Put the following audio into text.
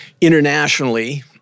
internationally